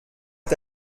est